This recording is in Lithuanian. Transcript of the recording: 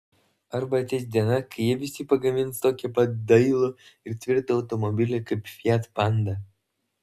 arba ateis diena kai jie visi pagamins tokį pat dailų ir tvirtą automobilį kaip fiat panda